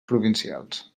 provincials